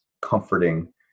comforting